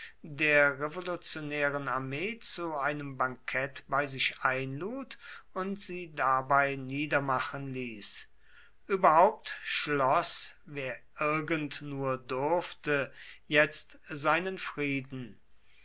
der revolutionären armee zu einem bankett bei sich einlud und sie dabei niedermachen ließ überhaupt schloß wer irgend nur durfte jetzt seinen frieden